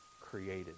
created